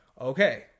Okay